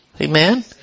Amen